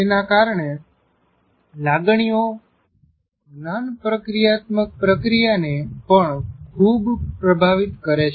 તેના કારણે લાગણીઓ જ્ઞાન પ્રક્રિયાત્મક પ્રક્રિયાને પણ ખૂબ પ્રભાવિત કરે છે